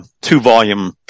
two-volume